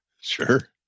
Sure